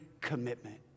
commitment